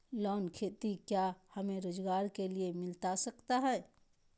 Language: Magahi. लोन खेती क्या हमें रोजगार के लिए मिलता सकता है?